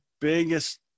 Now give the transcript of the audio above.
biggest